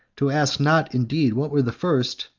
to ask, not indeed what were the first,